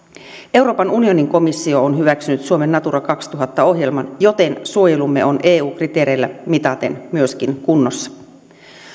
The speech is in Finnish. euroopan unionin komissio on hyväksynyt suomen natura kaksituhatta ohjelman joten suojelumme on eu kriteereillä mitaten myöskin kunnossa